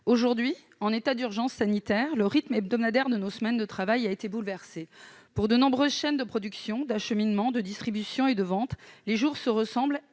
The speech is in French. période d'état d'urgence sanitaire, le rythme hebdomadaire de nos semaines de travail a été bouleversé. Pour de nombreuses chaînes de production, d'acheminement, de distribution et de vente, les jours se suivent